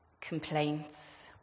Complaints